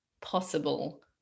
possible